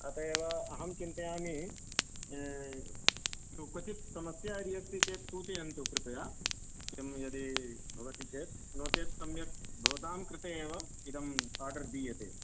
अत एव अहं चिन्तयामि क्वचित् समस्या यदि अस्ति चेत् सूचयन्तु कृपया किं यदि भवति चेद् नोचेत् सम्यक् भवतां कृते एव इदम् आर्डर् दीयते